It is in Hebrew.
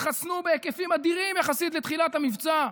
התחסנו בהיקפים אדירים יחסית לתחילת המבצע.